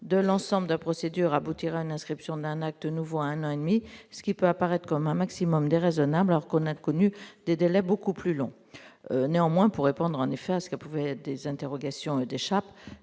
de l'ensemble de la procédure aboutira n'inscription d'un acte nouveau, à un an et demi, ce qui peut apparaître comme un maximum déraisonnable qu'on a connu des délais beaucoup plus longs, néanmoins pour répondre en effet à ce que pouvaient des interrogations des chapes